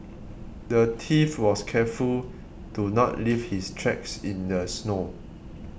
the thief was careful to not leave his tracks in the snow